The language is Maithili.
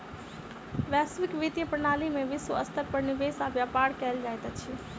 वैश्विक वित्तीय प्रणाली में विश्व स्तर पर निवेश आ व्यापार कयल जाइत अछि